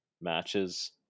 matches